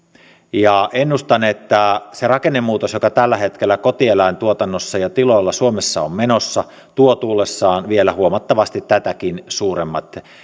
ja ennustan että se rakennemuutos joka tällä hetkellä kotieläintuotannossa ja tiloilla suomessa on menossa tuo tullessaan vielä huomattavasti tätäkin suuremmat